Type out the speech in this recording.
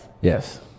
Yes